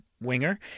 winger